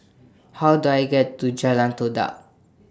How Do I get to Jalan Todak